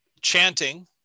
chanting